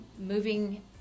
moving